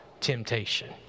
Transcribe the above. temptation